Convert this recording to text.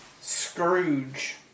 Scrooge